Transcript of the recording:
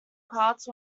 parts